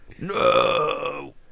No